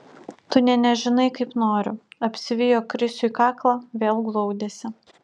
tu nė nežinai kaip noriu apsivijo krisiui kaklą vėl glaudėsi